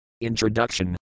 Introduction